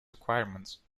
requirements